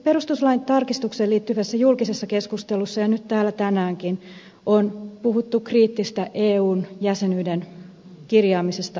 perustuslain tarkistukseen liittyvässä julkisessa keskustelussa ja nyt täällä tänäänkin on puhuttu kriittisesti eun jäsenyyden kirjaamisesta alkuun